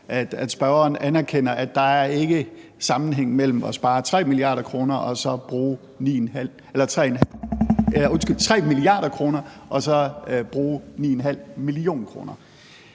at spørgeren anerkender, at der ikke er sammenhæng mellem det at spare 3 mia. kr. og det at bruge 9,5 mio. kr.